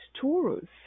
Taurus